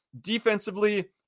Defensively